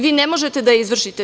Vi ne možete da je izvršite.